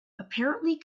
apparently